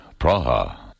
Praha